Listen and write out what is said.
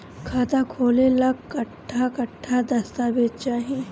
खाता खोले ला कट्ठा कट्ठा दस्तावेज चाहीं?